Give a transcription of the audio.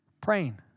praying